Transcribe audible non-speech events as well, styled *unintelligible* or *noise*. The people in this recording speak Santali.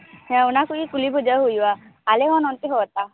ᱦᱮᱸ ᱚᱱᱟ ᱠᱚᱜᱮ ᱠᱩᱞᱤ ᱵᱩᱡᱷᱟ ᱣ ᱦᱩᱭᱩᱜᱼᱟ ᱟᱞᱮ ᱦᱚᱸ ᱱᱚᱛᱮ ᱦᱚᱸ ᱛᱟ *unintelligible*